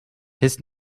his